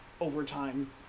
overtime